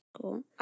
Cool